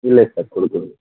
இல்லை சார் கொடுக்குல